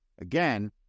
Again